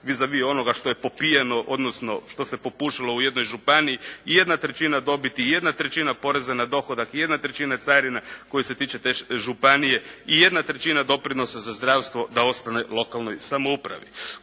vis a vis onoga što je popijeno, odnosno što se popušilo u jednoj županiji i jedna trećina dobiti, jedna trećina poreza na dohodak i jedna trećina carine koji se tiče te županije i jedna trećina doprinosa za zdravstvo ostane lokalnoj samoupravi.